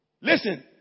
Listen